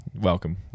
Welcome